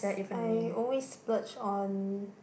I always splurge on